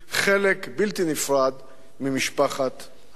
חלק בלתי נפרד ממשפחת העמים.